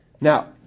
Now